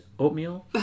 Oatmeal